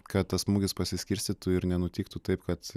kad tas smūgis pasiskirstytų ir nenutiktų taip kad